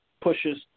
pushes